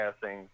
passing